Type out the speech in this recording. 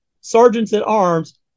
sergeants-at-arms